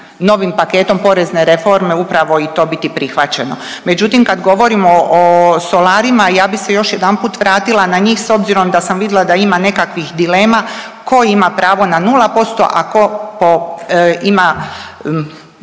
novim paketom porezne reforme upravo i to biti prihvaćeno. Međutim, kad govorimo o solarima, ja bih se još jedanput vratila na njih, s obzirom da sam vidla da ima nekakvih dilema, tko ima pravo na 0%, a tko po,